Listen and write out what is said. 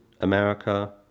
America